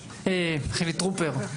טרופר.